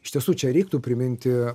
iš tiesų čia reiktų priminti